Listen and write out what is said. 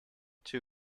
two